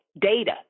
data